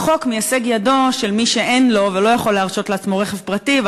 רחוק מהישג ידו של מי שאין לו ולא יכול להרשות לעצמו רכב פרטי,